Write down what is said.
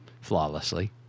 flawlessly